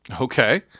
Okay